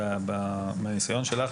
מהניסיון שלך,